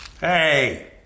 Hey